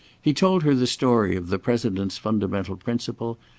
he told her the story of the president's fundamental principle,